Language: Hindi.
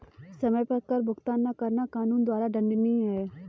समय पर कर का भुगतान न करना कानून द्वारा दंडनीय है